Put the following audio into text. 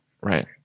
Right